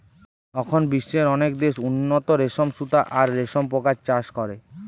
অখন বিশ্বের অনেক দেশ উন্নত রেশম সুতা আর রেশম পোকার চাষ করে